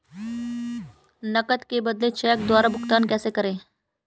नकद के बदले चेक द्वारा भुगतान कैसे करें?